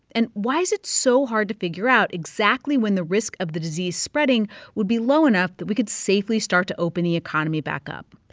and why is it so hard to figure out exactly when the risk of the disease spreading would be low enough that we could safely start to open the economy back up?